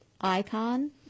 icon